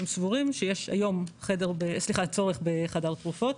סבורים שיש היום צורך בחדר תרופות?